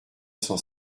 cent